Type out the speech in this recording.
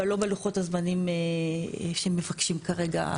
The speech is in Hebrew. אבל לא בלוחות הזמנים שמבקשים כרגע.